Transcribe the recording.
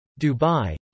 Dubai